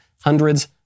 hundreds